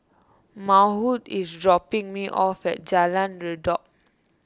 Maude is dropping me off at Jalan Redop